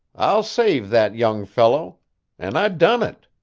i'll save that young fellow an' i done it.